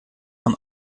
von